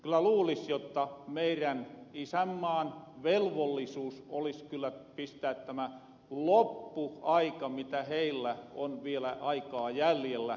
kyllä luulis jotta meirän isänmaan velvollisuus olis pistää tämä loppuaika mitä heillä on vielä aikaa jäljellä täytäntöön